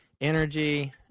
energy